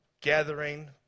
Gathering